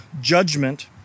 judgment